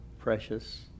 precious